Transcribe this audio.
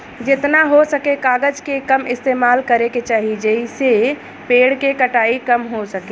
जेतना हो सके कागज के कम इस्तेमाल करे के चाही, जेइसे पेड़ के कटाई कम हो सके